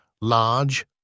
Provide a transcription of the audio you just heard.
large